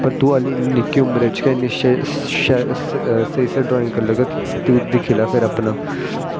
तूं हाली निक्की उमरा च गै इन्नी स्हेई स्हेई ड्राईंग करी लैगा ते तूं दिक्खी लै अपनां